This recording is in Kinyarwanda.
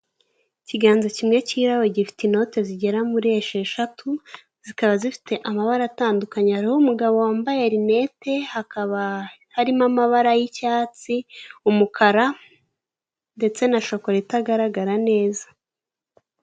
Ikiganza kimwe kirabura gifite inote zigera kuri esheshatu zikaba zifite amabara atandukanye, hariho umugabo umwe wambaye linete hakaba harimo amabara y'icyatsi, umukara ndetse na shokora itagaragara neza.